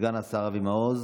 סגן השר אבי מעוז,